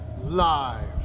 live